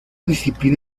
disciplina